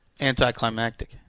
anticlimactic